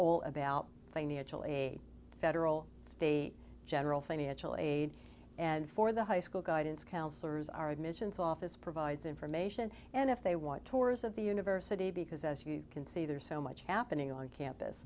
all about financial aid federal state general thingy actually aid and for the high school guidance counselors are admissions office provides information and if they want tours of the university because as you can see there's so much happening on campus